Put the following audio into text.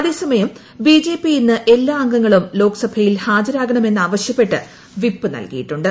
അതേസമയം B J P ഇന്ന് എല്ലാ അംഗങ്ങളും ലോക്സഭയിൽ ഹാജരാകണമെന്ന് ആവൃശ്യപ്പെട്ട് വിപ്പ് നൽകിയിട്ടുണ്ട്